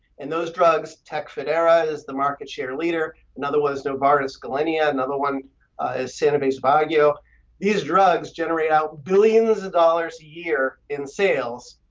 and those drugs tecfidera is the market share leader. another was novartis' gilenya, another one is sanofi's aubagio these drugs generate out billions of dollars a year in sales.